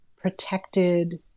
protected